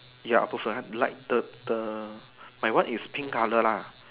ya like the the the my one is pink color lah